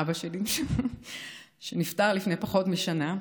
אבא שלי, שנפטר לפני פחות משנה,